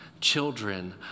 children